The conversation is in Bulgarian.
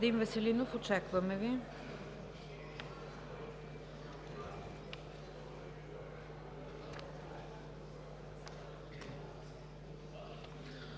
Веселинов, очакваме Ви.